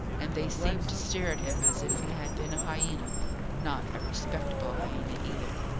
and they seemed to stare at him as if he had been a hyena not a respectable hyena either.